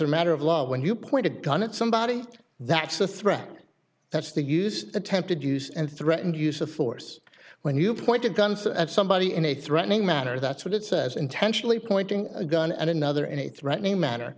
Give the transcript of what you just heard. a matter of law when you point a gun at somebody that's a threat that's the use attempted use and threatened use of force when you pointed guns at somebody in a threatening manner that's what it says intentionally pointing a gun and another in a threatening manner